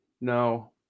No